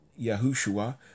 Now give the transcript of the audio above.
yahushua